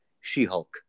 She-Hulk